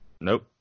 Nope